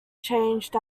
changed